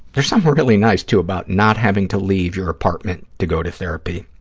there's something really nice, too, about not having to leave your apartment to go to therapy.